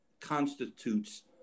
constitutes